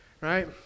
Right